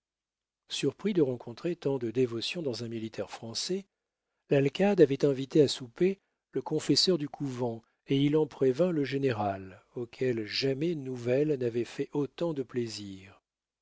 surpris de rencontrer tant de dévotion dans un militaire français l'alcade avait invité à souper le confesseur du couvent et il en prévint le général auquel jamais nouvelle n'avait fait autant de plaisir